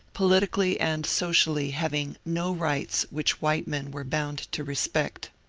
politically and socially having no rights which white men were bound to respect.